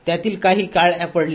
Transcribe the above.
त्यातील काही काळ्या पडल्या